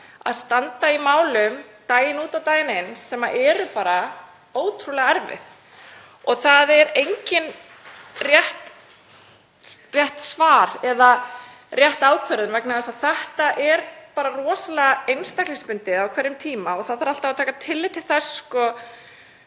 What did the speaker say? að standa í málum daginn út og daginn inn sem eru ótrúlega erfið — og það er ekkert rétt svar eða rétt ákvörðun vegna þess að þetta er rosalega einstaklingsbundið á hverjum tíma og það þarf alltaf að taka tillit til þess